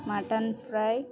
mutton fry